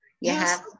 Yes